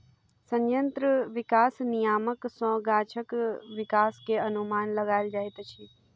संयंत्र विकास नियामक सॅ गाछक विकास के अनुमान लगायल जाइत अछि